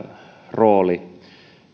rooli